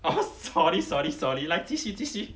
oh sorry sorry story 来继续继续